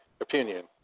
opinion